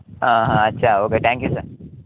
అచ్చా okay thank you sir